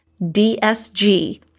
dsg